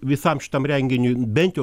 visam šitam renginiui bent jau